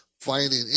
finding